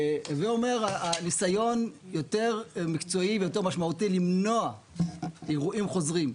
הווה אומר הניסיון יותר מקצועי ויותר משמעותי למנוע אירועים חוזרים,